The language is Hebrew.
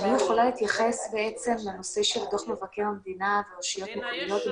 אני יכולה להתייחס לנושא של דוח מבקר המדינה ברשויות המקומיות,